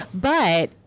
But-